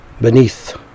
Beneath